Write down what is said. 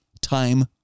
time